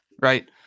right